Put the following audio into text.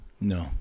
no